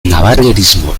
navarrerismo